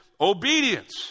obedience